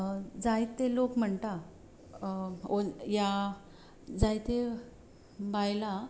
जायते लोक म्हणटा ह्या जायते बायलां